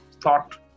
thought